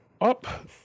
up